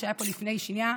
שהיה פה לפני שנייה,